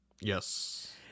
yes